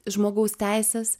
žmogaus teises